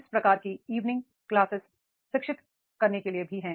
इस प्रकार की इव निंग क्लासेस शिक्षित करने के लिए भी हैं